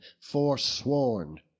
forsworn